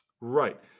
Right